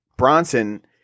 Bronson